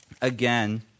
again